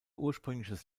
ursprüngliches